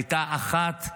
הייתה אחת,